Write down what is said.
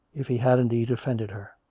if he had in deed offended her.